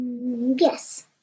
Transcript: Yes